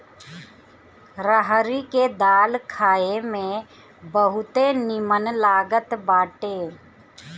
रहरी के दाल खाए में बहुते निमन लागत बाटे